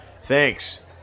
Thanks